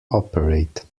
operate